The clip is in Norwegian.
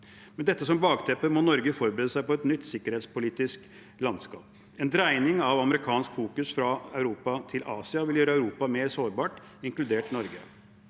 Med dette som bakteppe må Norge forberede seg på et nytt sikkerhetspolitisk landskap. En dreining av amerikansk fokus fra Europa til Asia vil gjøre Europa mer sårbart, inkludert Norge.